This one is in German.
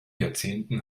jahrzehnten